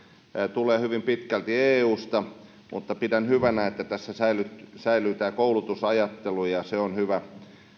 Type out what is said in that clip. tulee hyvin pitkälti eusta mutta pidän hyvänä että tässä säilyy säilyy tämä koulutusajattelu ja se on hyvä